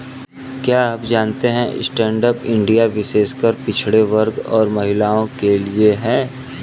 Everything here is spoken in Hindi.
क्या आप जानते है स्टैंडअप इंडिया विशेषकर पिछड़े वर्ग और महिलाओं के लिए है?